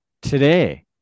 today